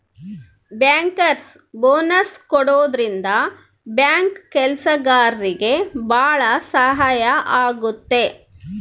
bankers bonus ಕೊಡೋದ್ರಿಂದ bank ಕೆಲ್ಸಗಾರ್ರಿಗೆ ಭಾಳ ಸಹಾಯ ಆಗುತ್ತೆ